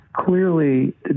Clearly